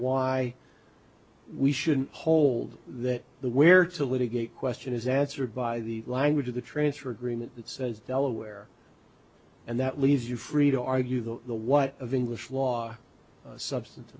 why we shouldn't hold that the where to litigate question is answered by the language of the transfer agreement that says delaware and that leaves you free to argue that the what of english law substan